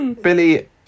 Billy